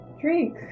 Drink